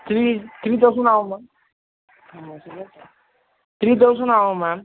three three thousand ஆவும் ma'am three thousand ஆவும் ma'am